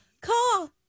call